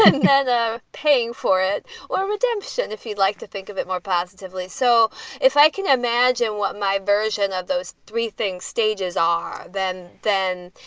and the paying for it or redemption, if you'd like to think of it more positively. so if i can imagine what my version of those three things stages are, then then.